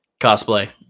cosplay